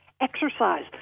Exercise